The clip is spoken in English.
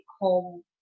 home